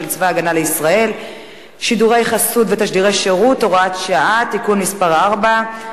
צבא-הגנה לישראל (שידורי חסות ותשדירי שירות) (הוראת שעה) (תיקון מס' 4),